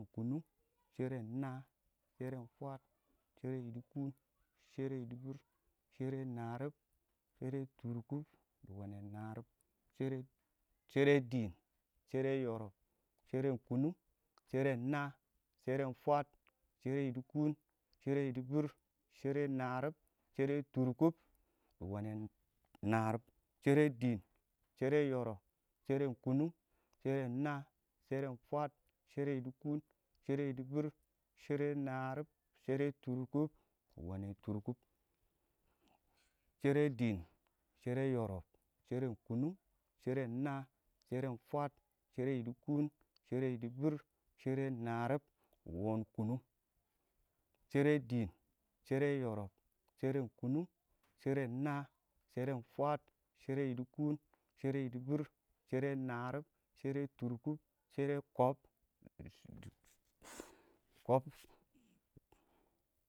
sheren naa, sheren fwaad, shɛrɛ yidi kʊn, shɛrɛ yɪdɪbɪr, shɛrɛ narʊb, shɛrɛ tʊrkʊb, dɪ wanɛ narʊb, shɛrɛ dɪɪn, shɛrɛ tɔrɔb, shereng kʊnʊng, sheren naa, sheren fwaad, shɛrɛ yidikʊn, shɛrɛ yɪdɪbɪr, shɛrɛ narʊb, shɛrɛ tʊrʊb wanɛ narʊb, shɛrɛ dɪɪn, shɛrɛ yɔrɔb, shɛrɛ kʊnʊng, sheren naa, sheren fwaad, shɛrɛ yidikʊn, shɛrɛ yɪdɪbɪr, shɛrɛ narʊb, shɛrɛ tʊr kʊb wanɛ tʊrkʊb, shɛrɛ naa, shɛrɛ dɪɪn, shɛrɛ yɛrɛb, shɛrɛn kʊn ʊng, shɛrɛn naa, sheren naa, shɛrɛ fwaad, shɛrɛ yidikʊn, shɛrɛ yɪdɪbɪr, shɛrɛ narʊb, shɛrɛ tʊrkʊb shɛrɛ tob,